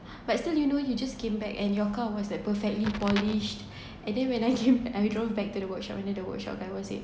but still you know you just came back and your car was like perfectly polished and then when I came I drove back to the workshop and then the workshop guy said